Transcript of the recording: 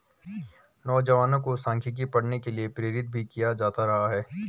नौजवानों को सांख्यिकी पढ़ने के लिये प्रेरित भी किया जाता रहा है